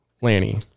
Lanny